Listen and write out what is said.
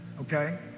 okay